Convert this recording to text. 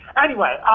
anyway,